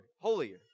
holier